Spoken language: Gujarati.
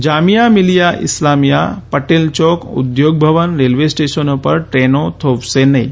જામિયા મિલીયા ઇસ્લામિયા પટેલ ચોક ઉદ્યોગ ભવન રેલવે સ્ટેશનો પર દ્રેનો થોભશે નહીં